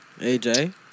AJ